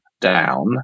down